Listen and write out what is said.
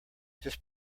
just